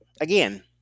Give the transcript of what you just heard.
Again